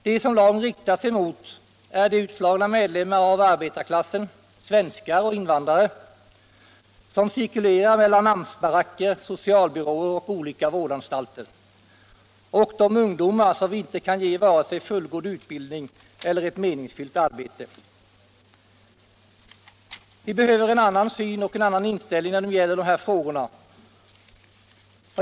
De som lagen riktar sig emot är de utslagna medlemmar av arbetarklassen, svenskar och invandrare, som cirkulerar mellan AMS-baracker, socialbyråer och olika vårdanstalter, och mot de ungdomar som vi inte kan ge vare sig fullgod utbildning eller ett meningsfyllt arbete. 110 Vi behöver en annan syn och en annan inställning när det gäller de här frågorna.